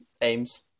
aims